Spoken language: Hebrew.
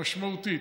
משמעותית,